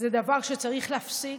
דבר שצריך להפסיק.